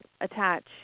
attach